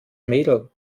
mädel